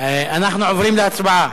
אנחנו עוברים להצבעה.